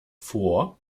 vor